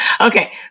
okay